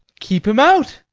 keep him out.